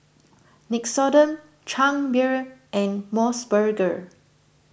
Nixoderm Chang Beer and Mos Burger